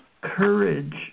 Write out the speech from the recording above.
courage